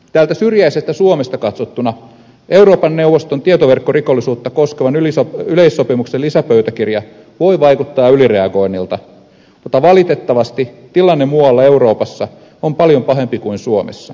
täältä syrjäisestä suomesta katsottuna euroopan neuvoston tietoverkkorikollisuutta koskevan yleissopimuksen lisäpöytäkirja voi vaikuttaa ylireagoinnilta mutta valitettavasti tilanne muualla euroopassa on paljon pahempi kuin suomessa